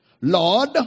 Lord